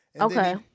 Okay